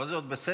פה זה עוד בסדר.